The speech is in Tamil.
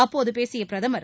அப்போது பேசிய பிரதமர்